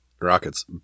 Rockets